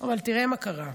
אבל תראה מה קרה.